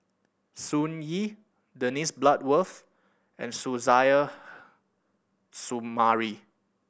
Sun Yee Dennis Bloodworth and Suzairhe Sumari